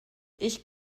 ich